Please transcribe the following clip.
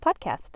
podcast